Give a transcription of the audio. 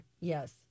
Yes